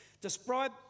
Describe